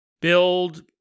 build